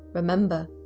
remember,